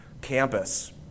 campus